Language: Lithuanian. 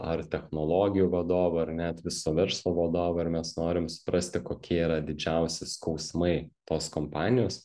ar technologijų vadovu ar net viso verslo vadovu ar mes norim suprasti kokie yra didžiausi skausmai tos kompanijos